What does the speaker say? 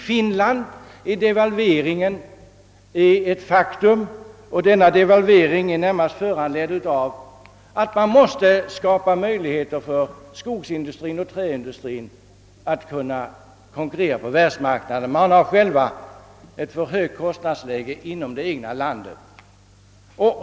I Finland är devalveringen ett faktum, och denna devalvering är närmast föranledd av att man måste skapa möjligheter för skogsindustrin och träindustrin att konkurrera på världsmarknaden. Man har ett för högt kostnadsläge inom det egna landet.